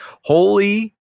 Holy